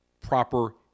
proper